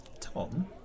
Tom